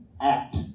act